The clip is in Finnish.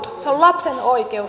se on lapsen oikeus